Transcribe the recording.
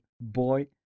boy